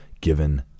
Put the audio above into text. given